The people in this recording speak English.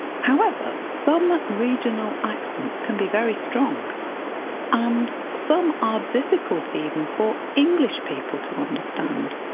however, some regional accents can be very strong and some are difficult even for english people to understand.